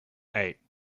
eight